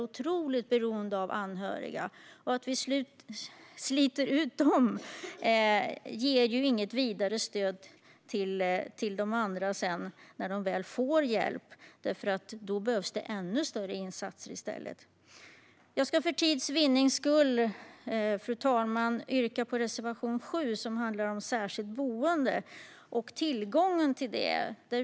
Att vi sliter ut dem ger inget vidare stöd till de andra när de väl får hjälp - då behövs det i stället ännu större insatser. Fru talman! Jag ska för tids vinnande yrka bifall till reservation 7, som handlar om särskilt boende och tillgången till det.